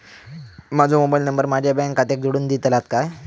माजो mobile number माझ्या bank खात्याक जोडून दितल्यात काय?